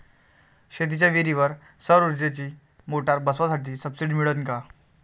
शेतीच्या विहीरीवर सौर ऊर्जेची मोटार बसवासाठी सबसीडी मिळन का?